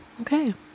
Okay